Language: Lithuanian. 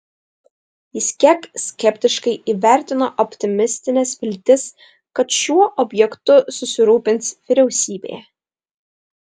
jis kiek skeptiškai įvertino optimistines viltis kad šiuo objektu susirūpins vyriausybė